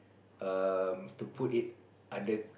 um to put it under